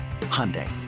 Hyundai